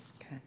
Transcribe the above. Okay